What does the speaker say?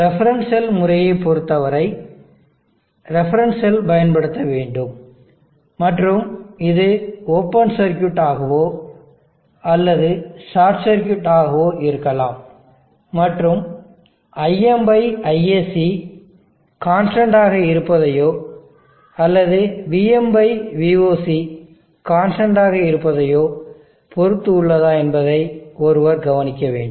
reference cell முறையைப் பொறுத்தவரை reference cell பயன்படுத்த வேண்டும் மற்றும் இது ஓபன் சர்க்யூட் ஆகவோ அல்லது ஷார்ட் சர்க்யூட் ஆகவோ இருக்கலாம் மற்றும் இது ImISC கான்ஸ்டன்ட் ஆக இருப்பதையோ அல்லது vmvoc கான்ஸ்டன்ட் ஆக இருப்பதையோ பொறுத்து உள்ளதா என்பதை ஒருவர் கவனிக்க வேண்டும்